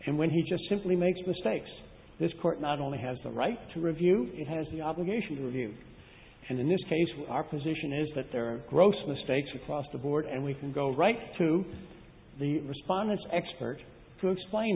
and when he just simply makes mistakes this court not only has a right to review it has the obligation to review and in this case what our position is that there are gross mistakes across the board and we can go right to the respondents expert to explain